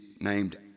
named